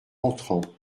entrant